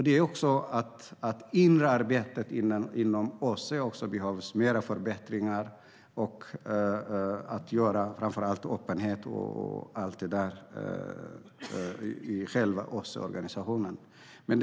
Det behövs förbättringar i det inre arbetet inom OSSE, framför allt när det gäller öppenhet.